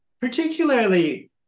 particularly